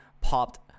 popped